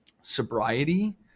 sobriety